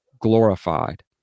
glorified